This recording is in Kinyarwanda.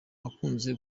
akunze